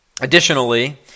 additionally